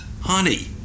Honey